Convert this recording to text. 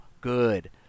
good